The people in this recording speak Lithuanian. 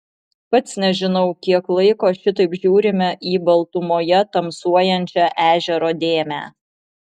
pats nežinau kiek laiko šitaip žiūrime į baltumoje tamsuojančią ežero dėmę